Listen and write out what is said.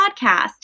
podcast